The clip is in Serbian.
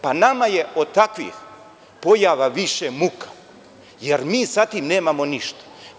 Pa, nama je od takvih pojava više muka, jer mi sa tim nemamo ništa.